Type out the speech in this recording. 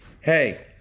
hey